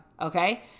Okay